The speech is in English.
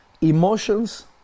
Emotions